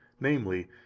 namely